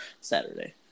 Saturday